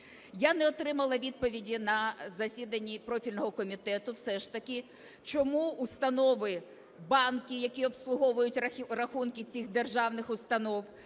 Я не отримала відповіді на засіданні профільного комітету все ж таки, чому установи, банки які обслуговують рахунки цих державних установ,